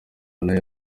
nayo